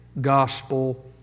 gospel